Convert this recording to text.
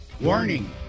Warning